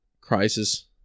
crisis